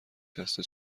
دسته